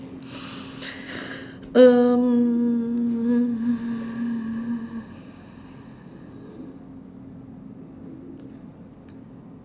uh